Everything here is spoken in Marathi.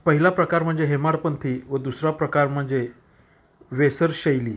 पहिला प्रकार म्हणजे हेमाडपंथी व दुसरा प्रकार म्हणजे वेसर शैली